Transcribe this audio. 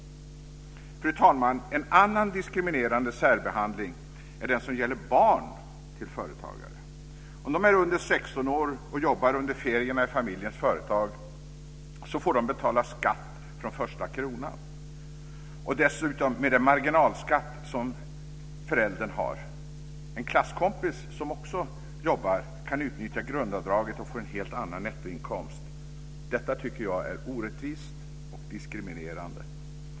Fru talman! En annan diskriminerande särbehandling är den som gäller barn till företagare. Om de är under 16 år och under ferierna jobbar i familjens företag får de betala skatt från första kronan, och dessutom med den marginalskatt som föräldern har. En klasskompis som också jobbar kan utnyttja grundavdraget och får en helt annan nettoinkomst. Detta tycker jag är orättvist och diskriminerande.